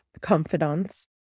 confidants